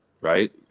right